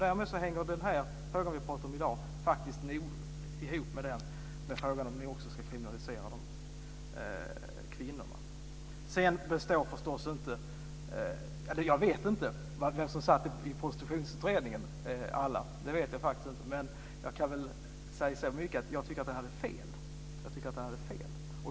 Den fråga som vi talar om i dag hänger ihop med frågan om ni också vill kriminalisera kvinnorna. Jag känner inte till alla som satt i Prostitutionsutredningen. Men jag kan säga så mycket att jag tycker att den hade fel.